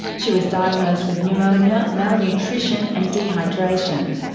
she was diagnosed with pneumonia, malnutrition and dehydration.